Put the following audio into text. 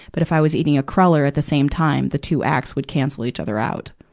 but if i was eating a cruller at the same time, the two acts would cancel each other out.